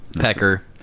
Pecker